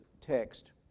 text